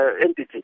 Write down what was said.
entity